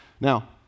Now